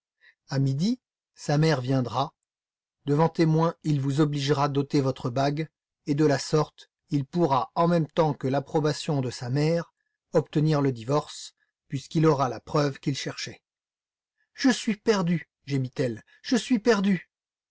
à midi sa mère viendra devant témoins il vous obligera d'ôter votre bague et de la sorte il pourra en même temps que l'approbation de sa mère obtenir le divorce puisqu'il aura la preuve qu'il cherchait je suis perdue gémit-elle je suis perdue